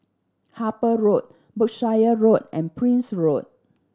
Harper Road Berkshire Road and Prince Road